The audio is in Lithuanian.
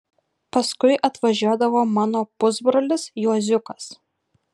paskui atvažiuodavo mano pusbrolis juoziukas